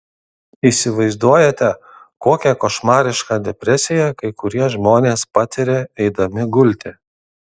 įsivaizduojate kokią košmarišką depresiją kai kurie žmonės patiria eidami gulti